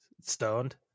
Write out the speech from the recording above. stoned